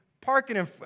parking